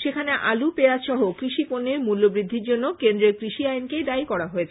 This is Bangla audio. সেখানে আলু পেঁয়াজ সহ কৃষি পণ্যের মূল্যবৃদ্ধির জন্য কেন্দ্রের কৃষি আইনকেই দায়ী করা হয়েছে